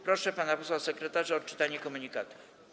Proszę pana posła sekretarza o odczytanie komunikatów.